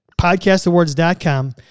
Podcastawards.com